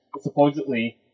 Supposedly